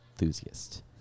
enthusiast